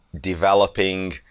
developing